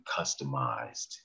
customized